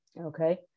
Okay